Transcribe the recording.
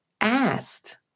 asked